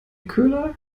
köhler